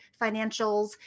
financials